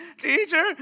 Teacher